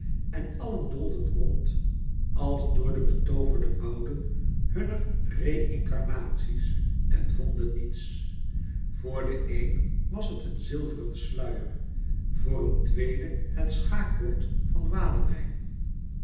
en allen doolden rond als door de betooverde wouden hunner reïncarnaties en vonden niets voor de een was het een zilveren sluier voor een tweede het schaakboord van